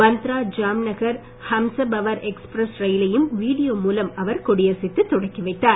Bandra Jamnagar Humsafar express ரயிலையும் video மூலம் அவர் கொடியசைத்து தொடக்கி வைத்தார்